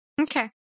Okay